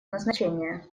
назначения